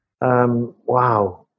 wow